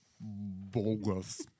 Bogus